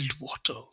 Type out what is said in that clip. water